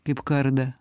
kaip kardą